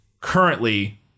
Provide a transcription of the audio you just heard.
currently